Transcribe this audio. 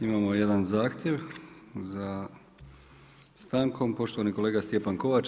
Imamo jedan zahtjev za stankom, poštovani kolega Stjepan Kovač.